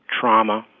trauma